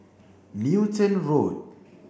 Newton Road